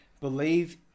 believe